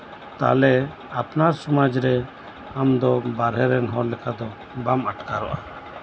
ᱛᱟᱞᱦᱮ ᱟᱯᱱᱟᱨ ᱥᱚᱢᱟᱡ ᱨᱮ ᱵᱟᱨᱦᱮ ᱨᱮᱱ ᱦᱚᱲ ᱞᱮᱠᱟ ᱫᱚ ᱵᱟᱢ ᱟᱴᱠᱟᱨᱚᱜᱼᱟ